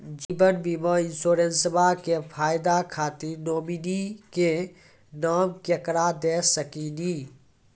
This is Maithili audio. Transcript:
जीवन बीमा इंश्योरेंसबा के फायदा खातिर नोमिनी के नाम केकरा दे सकिनी?